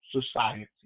society